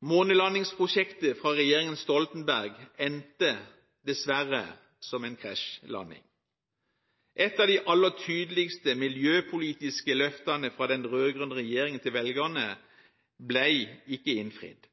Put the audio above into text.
Månelandingsprosjektet fra regjeringen Stoltenberg endte dessverre som en krasjlanding. Et av de aller tydeligste miljøpolitiske løftene fra den rød-grønne regjeringen til velgerne ble ikke innfridd.